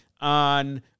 on